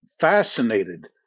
fascinated